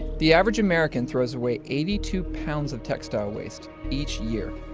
the average american throws away eighty two pounds of textile waste each year.